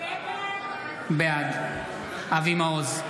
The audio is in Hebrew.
בעד אבי מעוז,